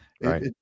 Right